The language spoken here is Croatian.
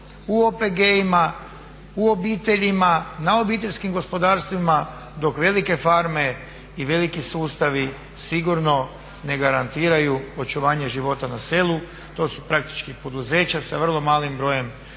u OPG-ima, u obiteljima, na obiteljskim gospodarstvima dok velike farme i veliki sustavi sigurno ne garantiraju očuvanje života na selu. To su praktički poduzeća sa vrlo malim brojem